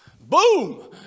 boom